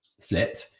flip